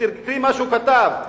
תקראי מה שהוא כתב,